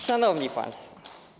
Szanowni Państwo!